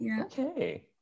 Okay